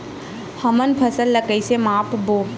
हमन फसल ला कइसे माप बो?